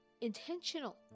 intentional